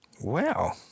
Wow